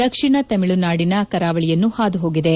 ದಕ್ಷಿಣ ತಮಿಳುನಾಡಿನ ಕರಾವಳಿಯನ್ನು ಹಾದು ಹೋಗಿದೆ